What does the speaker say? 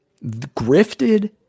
grifted